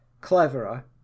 cleverer